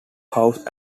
house